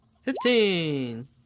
Fifteen